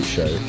Show